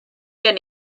gen